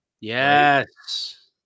Yes